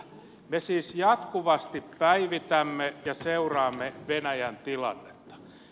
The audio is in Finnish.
me siis jatkuvasti päivitämme ja seuraamme venäjän tilannetta